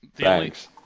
Thanks